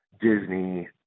Disney